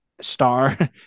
star